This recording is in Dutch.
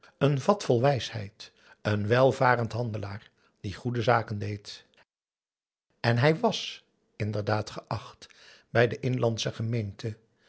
een vat vol wijsheid een welvarend handelaar die goede zaken deed en hij was inderdaad geacht bij de inlandsche gemeente